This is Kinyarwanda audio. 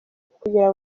kugira